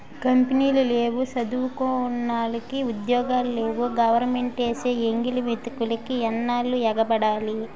కంపినీలు లేవు సదువుకున్నోలికి ఉద్యోగాలు లేవు గవరమెంటేసే ఎంగిలి మెతుకులికి ఎన్నాల్లు ఎగబడాల